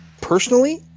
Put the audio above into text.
personally